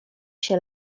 się